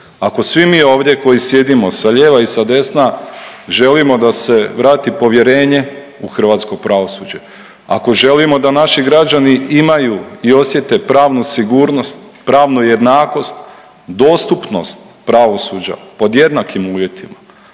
Ako svi mi ovdje koji sjedimo sa lijeva i sa desna želimo da se vrati povjerenje u hrvatsko pravosuđe. Ako želimo da naši građani imaju i osjete pravnu sigurnost, pravu jednakost, dostupnost pravosuđa pod jednakim uvjetima